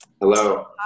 Hello